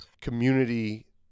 community